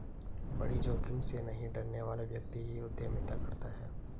बड़ी जोखिम से नहीं डरने वाला व्यक्ति ही उद्यमिता करता है